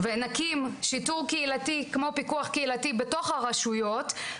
ונקים שיטור קהילתי כמו פיקוח קהילתי בתוך הרשויות,